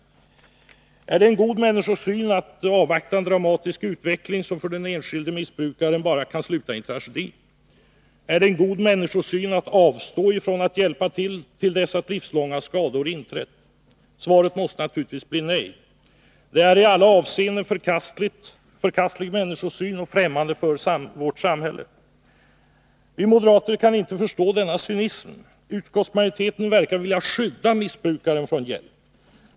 Är det en god människosyn att avvakta en dramatisk utveckling, som för den enskilde missbrukaren bara kan sluta i en tragedi? Är det en god människosyn att avstå från att hjälpa, till dess att livslånga skador inträtt? Svaret måste naturligtvis bli nej! Det är en i alla avseenden förkastlig människosyn, och den är främmande för vårt samhälle. Vi moderater kan inte förstå denna cynism. Utskottsmajoriteten verkar vilja skydda missbrukaren från hjälp.